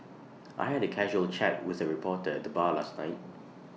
I had A casual chat with A reporter at the bar last night